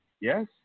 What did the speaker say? Yes